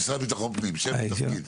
המשרד לביטחון פנים, שם ותפקיד.